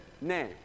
name